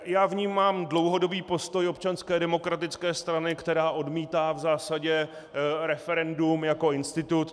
Já vnímám dlouhodobý postoj Občanské demokratické strany, která odmítá v zásadě referendum jako institut.